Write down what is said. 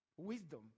wisdom